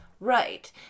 Right